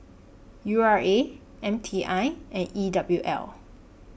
U R A M T I and E W L